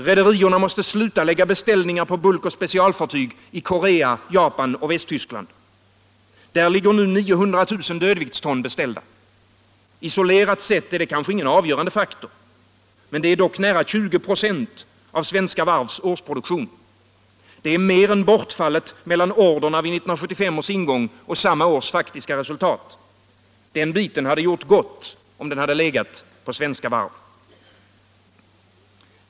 Rederierna måste sluta lägga beställningarna på bulkoch specialfartyg i Korea, Japan och Västtyskland. Där ligger nu 900 000 död+ viktston beställda. Isolerat sett är det kanske ingen avgörande faktor. Men det är dock nära 20 96 av svenska varvs årsproduktion. Det är mer än bortfallet mellan order vid 1975 års ingång och samma års faktiska resultat. Den biten hade gjort gott om den legat på svenska varv.